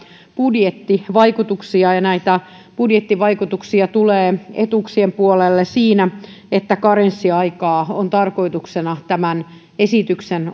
budjettivaikutuksia ja näitä budjettivaikutuksia tulee etuuksien puolelle siinä että karenssiaikaa on tarkoitus tämän esityksen